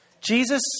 Jesus